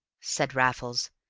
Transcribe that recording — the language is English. said raffles.